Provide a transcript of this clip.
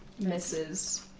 misses